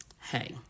hey